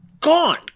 gone